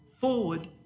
forward